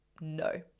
no